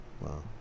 Wow